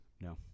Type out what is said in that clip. No